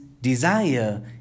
desire